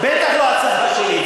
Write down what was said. בטח לא הצבא שלי.